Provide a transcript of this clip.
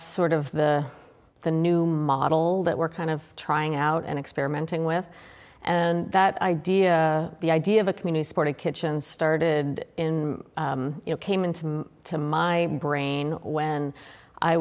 sort of the new model that we're kind of trying out and experimenting with and that idea the idea of a community supported kitchens started in it came into to my brain when i